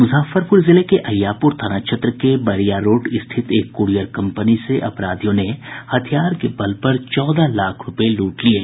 मुजफ्फरपुर जिले के अहियापुर थाना क्षेत्र के बैरिया रोड स्थित एक क्रियर कम्पनी से अपराधियों ने हथियार के बल पर चौदह लाख रूपये लूट लिये